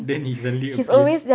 then he suddenly appears